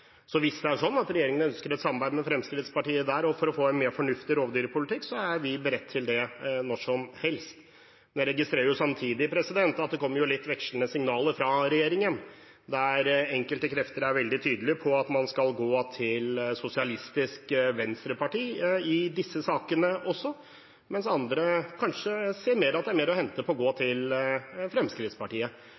Hvis regjeringen ønsker et samarbeid med Fremskrittspartiet for å få en mer fornuftig rovdyrpolitikk, er vi beredt til det når som helst. Jeg registrerer samtidig at det kommer litt vekslende signaler fra regjeringen, der enkelte krefter er veldig tydelige på at man skal gå til SV i disse sakene også, mens andre kanskje ser at det er mer å hente ved å gå til Fremskrittspartiet.